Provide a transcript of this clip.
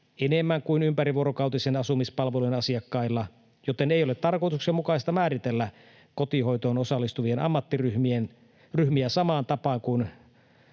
enemmän kuin ympärivuorokautisen asumispalvelun asiakkailla, joten ei ole tarkoituksenmukaista määritellä kotihoitoon osallistuvia ammattiryhmiä samaan tapaan kuin